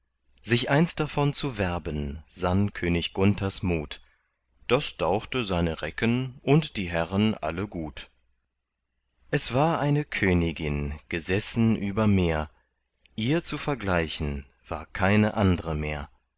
sich eins davon zu werben sann könig gunthers mut das dauchte seine recken und die herren alle gut es war eine königin gesessen über meer ihr zu vergleichen war keine andre mehr